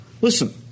Listen